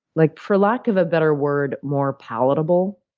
like for lack of a better word, more palatable,